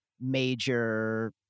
Major